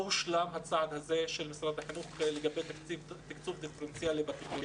הצעד הזה של משרד החינוך לגבי תקצוב דיפרנציאלי לא הושלם.